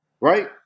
right